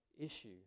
issue